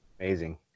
amazing